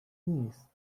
نیست